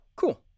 Cool